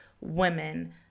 women